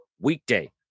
weekday